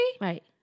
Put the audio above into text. right